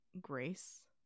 grace